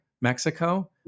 Mexico